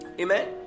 Amen